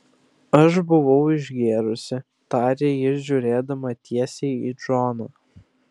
aš buvau išgėrusi tarė ji žiūrėdama tiesiai į džoną